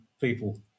people